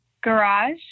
garage